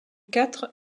quatre